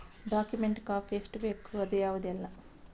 Document copy ಎಷ್ಟು ಬೇಕು ಅದು ಯಾವುದೆಲ್ಲ?